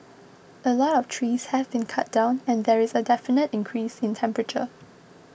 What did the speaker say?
a lot of trees have been cut down and there is a definite increase in temperature